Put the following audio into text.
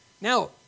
Now